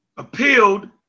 appealed